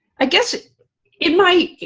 i guess it it might,